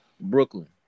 Brooklyn